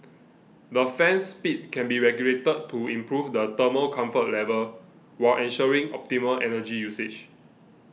the fan speed can be regulated to improve the thermal comfort level while ensuring optimal energy usage